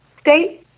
State